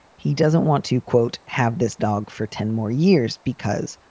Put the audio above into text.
he doesn't want to, quote, have this dog for ten more years because,